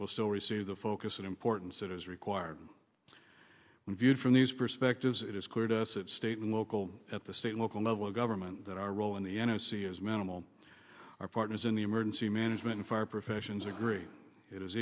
will still receive the focus and importance it is required when viewed from these perspectives it is clear to state and local at the state local level of government that our role in the n o c is minimal our partners in the emergency management and fire professions agree it is